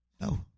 no